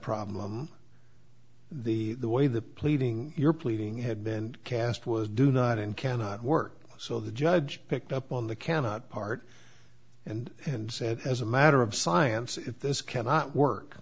problem the way the pleading you're pleading had been cast was do not and cannot work so the judge picked up on the cannot part and and said as a matter of science if this cannot work